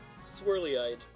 swirly-eyed